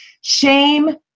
Shame